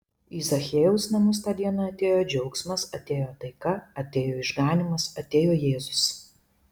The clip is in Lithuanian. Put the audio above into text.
į zachiejaus namus tą dieną atėjo džiaugsmas atėjo taika atėjo išganymas atėjo jėzus